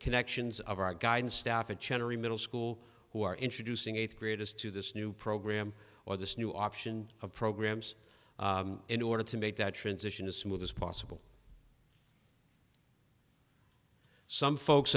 connections of our guidance staff a chattery middle school who are introducing eighth graders to this new program or this new option of programs in order to make that transition as smooth as possible some folks